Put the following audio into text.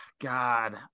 God